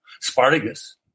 Spartacus